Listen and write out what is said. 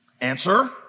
Answer